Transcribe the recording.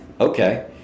Okay